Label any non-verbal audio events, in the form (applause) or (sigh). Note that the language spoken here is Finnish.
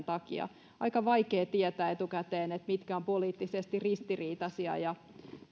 (unintelligible) takia aika vaikea tietää etukäteen mitkä ovat poliittisesti ristiriitaisia ja